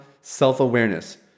self-awareness